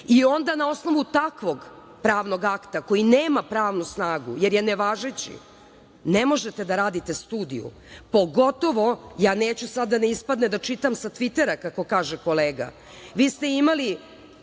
rekao. Onda, na osnovu takvog pravnog akta, koji nema pravnu snagu jer je nevažeći, ne možete da raditi studiju, pogotovo, ja neću sada da ispadne da čitam sa „Tvitera“, kako kaže kolega, vi ste imali…Nema